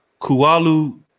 Kualu